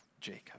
Jacob